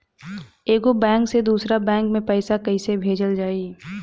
एगो बैक से दूसरा बैक मे पैसा कइसे भेजल जाई?